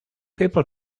people